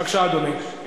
בבקשה, אדוני.